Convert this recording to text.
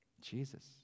Jesus